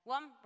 One